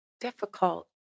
difficult